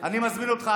אני מזמין אותך,